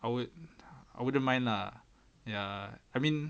I would I wouldn't mind lah ya I mean